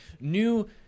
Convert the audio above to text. new